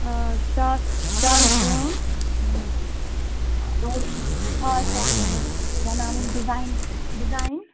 شالہٕ کٲم شالہٕ کٲم بناوٕنۍ ڈزایِن ڈِزایِن